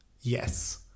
Yes